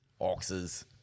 Oxes